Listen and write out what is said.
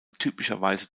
typischerweise